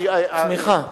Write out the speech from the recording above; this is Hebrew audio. צמיחה.